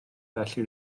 felly